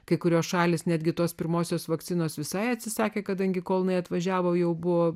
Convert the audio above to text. kai kurios šalys netgi tos pirmosios vakcinos visai atsisakė kadangi kol jinai atvažiavo jau buvo